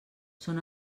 són